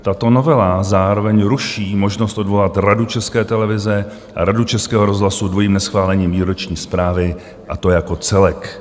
Tato novela zároveň ruší možnost odvolat Radu České televize a Radu Českého rozhlasu dvojím neschválením výroční zprávy, a to jako celek.